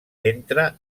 entre